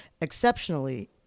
exceptionally